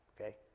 okay